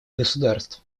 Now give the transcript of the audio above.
государств